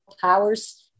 Powers